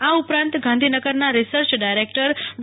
આ ઉપરાંત ગાંધીનગરના રિસર્ચ ડાયરેકટર ડો